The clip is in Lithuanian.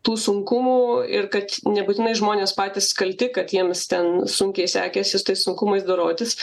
tų sunkumų ir kad nebūtinai žmonės patys kalti kad jiems ten sunkiai sekėsi su tais sunkumais dorotis